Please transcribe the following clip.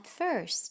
first